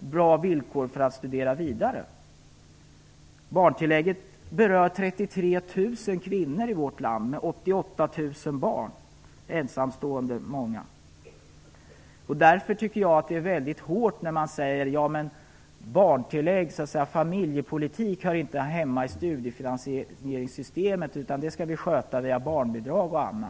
bra villkor för att studera vidare. Barntillägget berör 33 000 kvinnor i vårt land - många ensamstående - med 88 000 barn. Jag tycker därför att det är väldigt hårt när man säger att barntillägg och familjepolitik inte hör hemma i studiefinansieringssystemet utan skall skötas via barnbidrag osv.